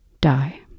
die